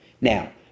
Now